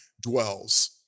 dwells